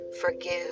forgive